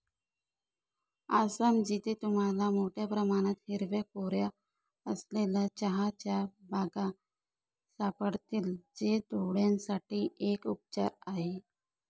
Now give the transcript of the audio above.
आसाम, जिथे तुम्हाला मोठया प्रमाणात हिरव्या कोऱ्या असलेल्या चहाच्या बागा सापडतील, जे डोळयांसाठी एक उपचार आहे